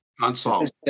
Unsolved